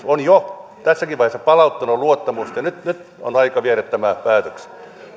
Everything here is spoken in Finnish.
on jo tässäkin vaiheessa palauttanut luottamusta ja nyt nyt on aika viedä tämä päätökseen